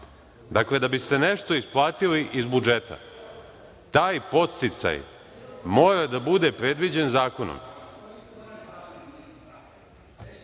vama. Da biste nešto isplatili iz budžeta, taj podsticaj mora da bude predviđen zakonom.